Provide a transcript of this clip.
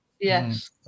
Yes